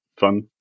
fun